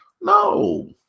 No